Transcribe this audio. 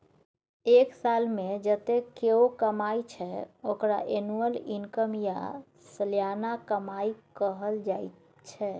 एक सालमे जतेक केओ कमाइ छै ओकरा एनुअल इनकम या सलियाना कमाई कहल जाइ छै